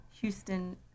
Houston